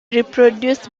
reproduce